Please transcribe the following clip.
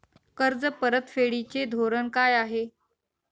कर्ज परतफेडीचे धोरण काय आहे?